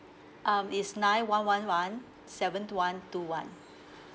um it's nine one one one seven one two one